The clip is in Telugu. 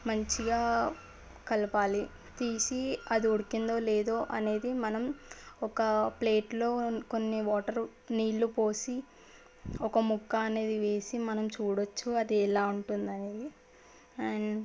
మంచిగా కలపాలి తీసి అది ఉడికిందో లేదో అనేది మనం ఒక ప్లేట్లో కొన్ని వాటర్ నీళ్ళు పోసి ఒక ముక్క అనేది వేసి మనం చూడవచ్చు అది ఎలా ఉంటుందనేది